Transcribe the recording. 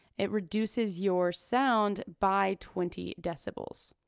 it reduces your sound by twenty decibels.